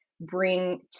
bring